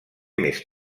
més